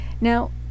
now